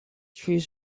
trees